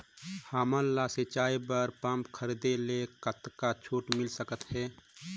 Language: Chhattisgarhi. हमन ला सिंचाई बर पंप खरीदे से कतका छूट मिल सकत हे?